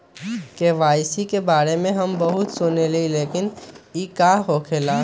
KYC के बारे में हम बहुत सुनीले लेकिन इ का होखेला?